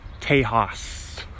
Tejas